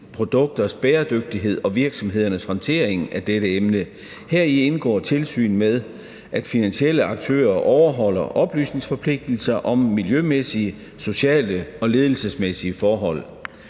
produkters bæredygtighed og virksomhedernes håndtering af dette emne. Heri indgår tilsyn med, at finansielle aktører overholder oplysningsforpligtelser om miljømæssige, sociale og ledelsesmæssige forhold